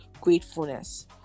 gratefulness